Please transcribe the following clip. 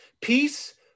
Peace